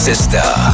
Sister